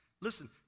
Listen